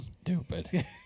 Stupid